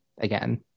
again